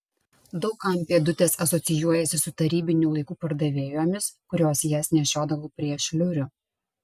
daug kam pėdutės asocijuojasi su tarybinių laikų pardavėjomis kurios jas nešiodavo prie šliurių